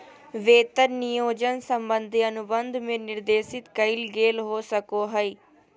वेतन नियोजन संबंधी अनुबंध में निर्देशित कइल गेल हो सको हइ